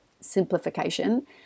simplification